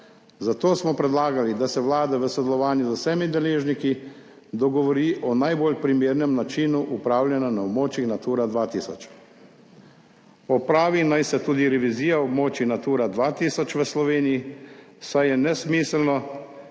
zato smo predlagali, da se Vlada v sodelovanju z vsemi deležniki dogovori o najbolj primernem načinu upravljanja na območjih Natura 2000. 56. TRAK (VI) 15.50 (nadaljevanje) Opravi naj se tudi revizija območij Natura 2000 v Sloveniji, saj je nesmiselno,